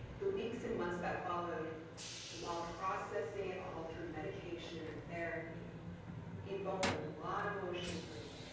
the weeks and months that followed while processing it all through medication and therapy evoked a lot of emotions from me.